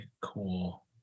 Cool